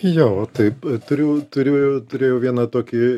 jo taip turiu turiu turėjau vieną tokį